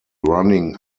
running